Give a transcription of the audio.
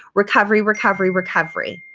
recovery, recovery, recovery.